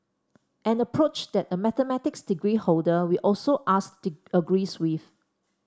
an approach that a mathematics degree holder we also asked agrees with